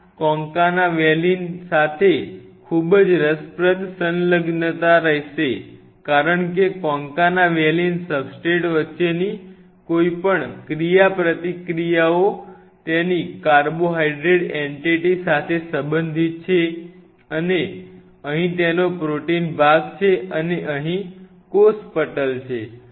આ concanavalin સાથે ખૂબ જ રસપ્રદ સંલગ્નતા રહેશે કારણ કે કોન્કાના વેલિન સબસ્ટ્રેટ વચ્ચેની કોઈપણ ક્રિયાપ્રતિક્રિયાઓ તેની કાર્બોહાઇડ્રેટ એન્ટિટી સાથે સંબંધિત છે અને અહીં તેનો પ્રોટીન ભાગ છે અને અહીં કોષ પટલ છે